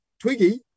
Twiggy